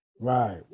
Right